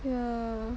yeah